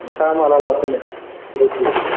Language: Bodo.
नोंथाङा माला लांफैगोन गय फुलिखौ